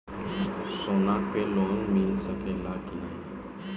सोना पे लोन मिल सकेला की नाहीं?